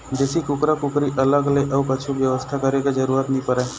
देसी कुकरा कुकरी अलग ले अउ कछु बेवस्था करे के जरूरत नइ परय